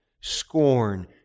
scorn